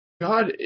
God